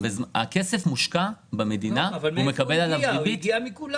הכסף מושקע במדינה, הוא מקבל עליו ריבית.